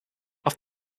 off